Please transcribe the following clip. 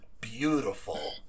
beautiful